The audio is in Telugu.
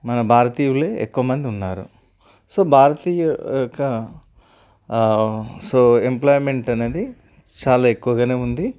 మన భారతీయులే ఎక్కువమంది ఉన్నారు సో భారతీయుల యొక్క సో ఎంప్లాయిమెంట్ అనేది చాలా ఎక్కువగానే ఉంది